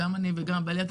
גם אני וגם בליאק,